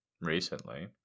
recently